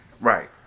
Right